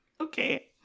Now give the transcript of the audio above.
Okay